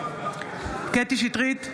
קטי קטרין שטרית,